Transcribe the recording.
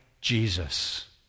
Jesus